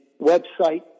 website